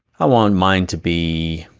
i want mine to be,